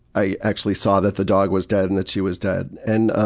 i actually saw that the dog was dead and that she was dead. and